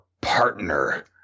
Partner